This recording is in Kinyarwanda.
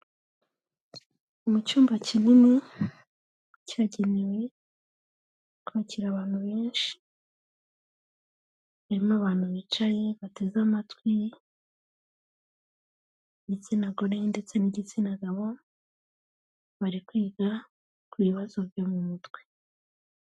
Mu cyumba kinini cyagenewe kwakira abantu benshi, harimo abantu bicaye bateze amatwi, igitsina gore ndetse n'igitsina gabo, bari kwiga ku bibazo byo mu mutwe.